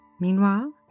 Meanwhile